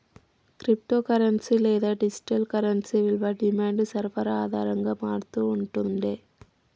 crypto currency లేదా digital currency విలువ demand, సరఫరా ఆధారంగా మారతూ ఉంటుండే